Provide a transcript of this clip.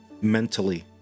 Mentally